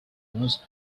must